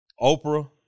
Oprah